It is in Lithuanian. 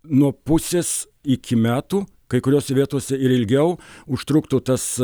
nuo pusės iki metų kai kuriose vietose ir ilgiau užtruktų tas